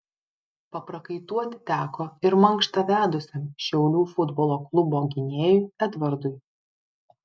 paprakaituoti teko ir mankštą vedusiam šiaulių futbolo klubo gynėjui edvardui